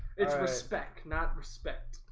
it's respect not respect.